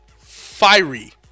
Fiery